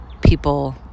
people